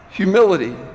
humility